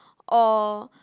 or